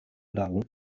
lagen